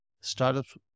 Startups